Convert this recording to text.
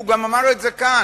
והוא גם אמר את זה כאן,